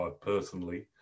personally